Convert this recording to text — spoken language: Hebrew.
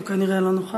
אז הוא כנראה לא נוכח,